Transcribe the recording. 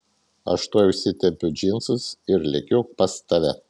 aš tuoj užsitempiu džinsus ir lekiu pas tave